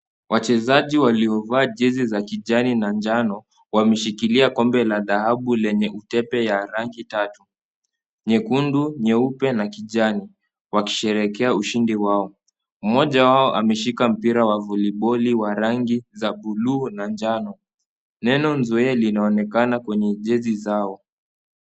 Wachezaji waliovaa jezi za kijani na njano wameshikilia kombe la dhahabu lenye utepe ya rangi tatu. Nyekundu, nyeupe na kijani wakisherehekea ushindi wao. Mmoja wao ameshika mpira wa voliboli wa rangi za bluu na njano. Neno Nzoia linaonekana kwenye jezi zao.